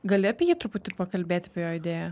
gali apie jį truputį pakalbėti apie jo idėją